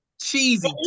Cheesy